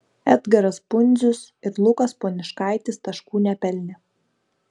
edgaras pundzius ir lukas poniškaitis taškų nepelnė